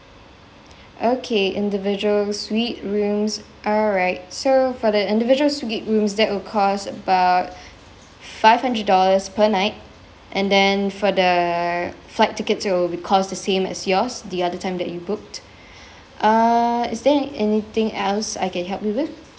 okay individual suite rooms alright so for the individual suite rooms that would cost about five hundred dollars per night and then for the flight tickets it will be cost the same as yours the other time that you booked uh is there anything else I can help you with